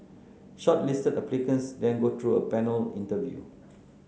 shortlisted applicants then go through a panel interview